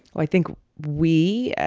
i think we,